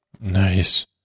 Nice